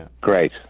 Great